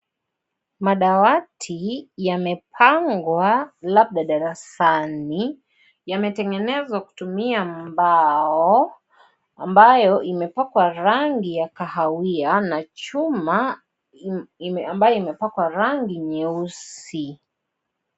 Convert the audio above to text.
Madawati yamepangwa labda darasani. Yametengenezwa kutumia mbao ambayo, imepakwa rangi ya kahawia na chuma ambayo, imepakwa rangi nyeusi.